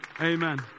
Amen